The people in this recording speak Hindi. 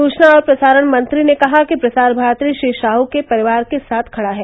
सूचना और प्रसारण मंत्री ने कहा कि प्रसार भारती श्री साहू के परिवार के साथ खड़ा है